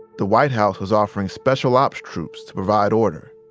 the white house was offering special ops troops to provide order.